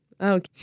Okay